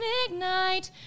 ignite